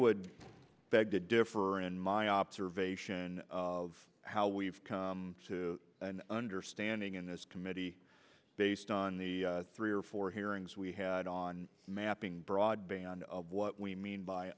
would beg to differ in my observation of how we've come to an understanding in this committee based on the three or four hearings we had on mapping broadband what we mean by